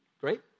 Great